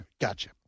Gotcha